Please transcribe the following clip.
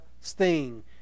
sting